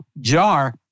jar